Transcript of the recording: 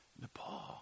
Nepal